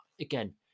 Again